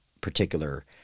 particular